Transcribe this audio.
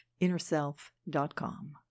InnerSelf.com